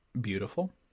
beautiful